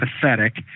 pathetic